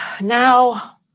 Now